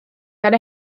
gan